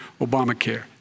Obamacare